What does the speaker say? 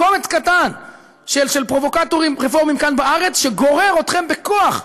קומץ קטן של פרובוקטורים רפורמים כאן בארץ שגורר אתכם בכוח,